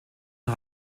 den